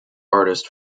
artist